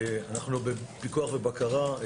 אנחנו בפיקוח ובקרה.